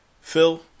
Phil